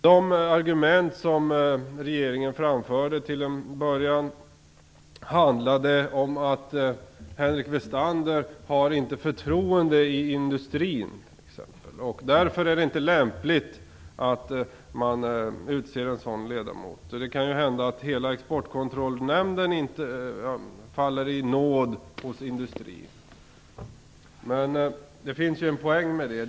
De argument som regeringen till en början framförde handlade t.ex. om att Henrik Westander inte har förtroende i industrin. Därför var det inte lämpligt att en sådan ledamot skulle utses. Det kan hända att hela Exportkontrollrådet inte faller i nåd hos industrin, men det finns en poäng med det.